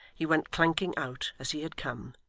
he went clanking out as he had come,